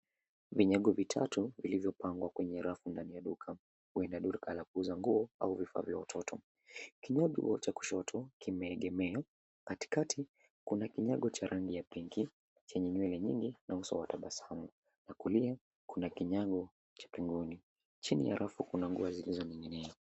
Vinyago vitatu vilivyopangwa kwenye rafu ndani ya duka huenda ni kwenye duka la kuuza nguo au bidhaa za watoto. Kinyago cha kushoto kimeegea. Katikati kuna kinyago cha rangi ya pink chenye nywele nyingi na uso wa tabasamu na kulia kuna kinyago cha pengoni. Chini ya rafu kuna nguo zilizoning'inia.